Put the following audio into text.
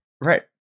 Right